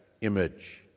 image